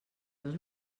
dos